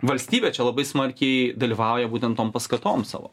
valstybė čia labai smarkiai dalyvauja būtent tom paskatom savo